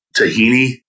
tahini